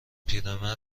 پیرمرده